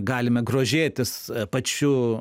galime grožėtis pačiu